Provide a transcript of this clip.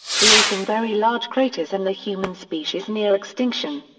creating very large craters and the human species' near extinction.